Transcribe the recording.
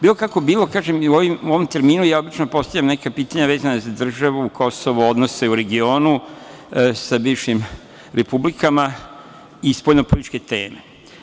Bilo kako bilo, u ovom terminu ja obično postavljam neka pitanja vezana za državu, Kosovo, odnose u regionu sa bivšim republikama i spoljnopolitičke teme.